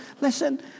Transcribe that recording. listen